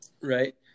Right